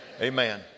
Amen